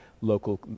local